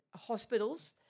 hospitals